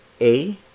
a-